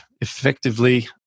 effectively